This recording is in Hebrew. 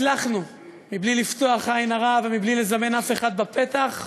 הצלחנו, בלי לפתוח עין הרע ובלי לזמן אף אחד בפתח,